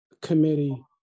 committee